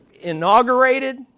inaugurated